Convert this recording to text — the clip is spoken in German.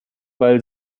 weil